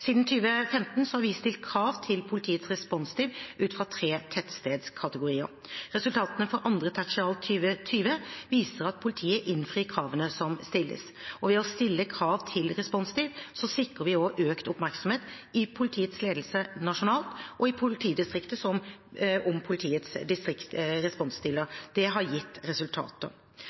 Siden 2015 har vi stilt krav til politiets responstid ut fra tre tettstedskategorier. Resultatene for andre tertial 2020 viser at politiet innfrir kravene som stilles. Ved å stille krav til responstid sikrer vi også økt oppmerksomhet i politiets ledelse nasjonalt og i politidistriktet om politiets responstider. Det har gitt resultater.